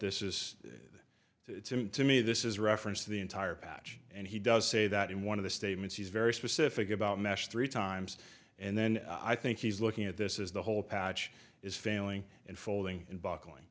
this is to me this is a reference to the entire batch and he does say that in one of the statements he's very specific about mash three times and then i think he's looking at this is the whole patch is failing unfolding